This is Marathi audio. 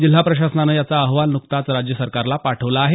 जिल्हा प्रशासनानं याचा अहवाल नुकताच राज्य सरकारला पाठवला आहे